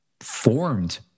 formed